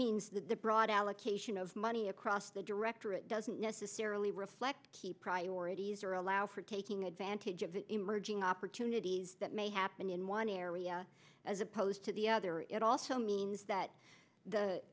means the brought allocation of money across the directorate doesn't necessarily reflect the priorities or allow for taking advantage of emerging opportunities that may happen in one area as opposed to the other it also means that the